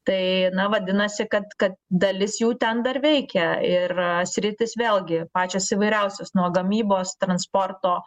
tai na vadinasi kad kad dalis jų ten dar veikia ir sritys vėlgi pačios įvairiausios nuo gamybos transporto